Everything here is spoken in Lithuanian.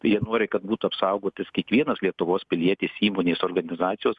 jie nori kad būtų apsaugotas kiekvienas lietuvos pilietis įmonės organizacijos